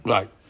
Right